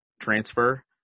transfer